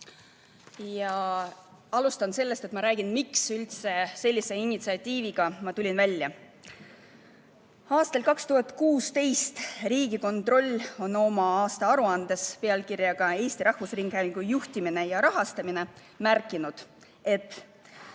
Ma alustan sellest, et räägin, miks ma üldse sellise initsiatiiviga välja tulin. Aastal 2016 Riigikontroll oma aastaaruandes pealkirjaga "Eesti Rahvusringhäälingu juhtimine ja rahastamine" märkis, et